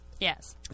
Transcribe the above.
Yes